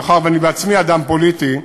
מאחר שאני בעצמי אדם פוליטי,